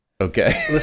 Okay